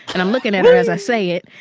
and i'm looking at as i say it